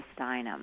Steinem